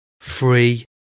Free